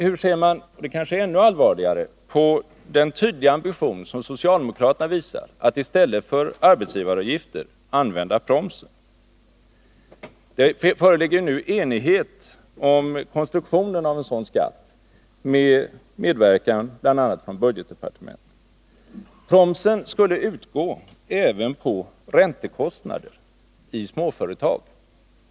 Hur ser man — och det kanske är ännu allvarligare — på den tydliga ambition som socialdemokraterna visar, att i stället för arbetsgivaravgifter använda promsen? Det föreligger ju nu enighet om konstruktionen av en sådan skatt med medverkan bl.a. från budgetdepartementet. Promsen skulle utgå även på räntekostnader i småföretag.